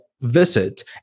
visit